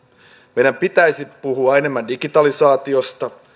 meidän pitäisi puhua enemmän digitalisaatiosta